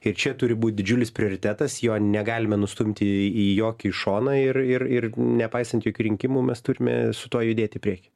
ir čia turi būt didžiulis prioritetas jo negalime nustumti į jokį šoną ir ir ir nepaisant jokių rinkimų mes turime su tuo judėt į priekį